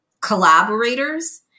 collaborators